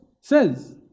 says